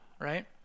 right